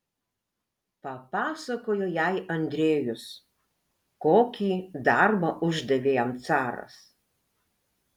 papasakojo jai andrejus kokį darbą uždavė jam caras